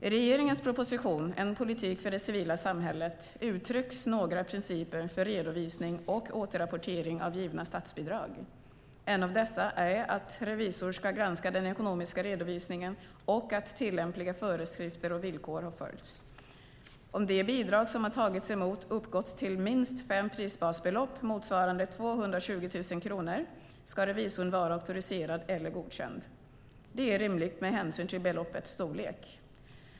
I regeringens proposition En politik för det civila samhället uttrycks några principer för redovisning och återrapportering av givna statsbidrag. En av dessa är att en revisor ska granska den ekonomiska redovisningen och att tillämpliga föreskrifter och villkor har följts. Om det bidrag som har tagits emot uppgått till minst fem prisbasbelopp, motsvarande 220 000 kronor, ska revisorn vara auktoriserad eller godkänd. Det är rimligt med hänsyn till beloppets storlek.